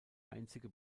einzige